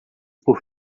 por